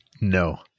no